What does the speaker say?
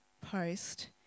post